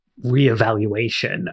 reevaluation